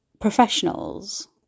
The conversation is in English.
professionals